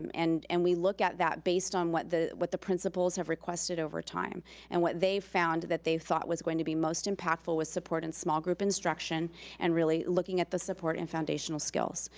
um and and we look at that based on what the what the principals have requested over time and what they found that they thought was going to be most impactful was support in small group instruction and really looking at the support and foundational skills.